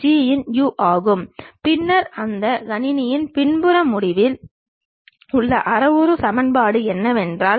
அதற்கு முன்பு போலவே ஒரு சிறிய ஆங்கில எழுத்துடன் ஒரு கோடு சேர்த்து பயன்படுத்தப்படுகிறது